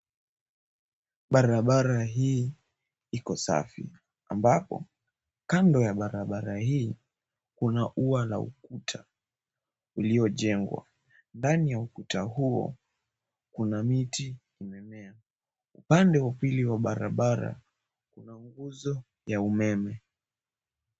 Barabara hii iko safi ambapo kando ya barabara hii kuna ua la ukuta uliojengwa. Ndani ya ukuta huo kuna miti imemea. Upande wa pili wa barabara kuna nguzo ya umeme.